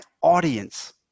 audience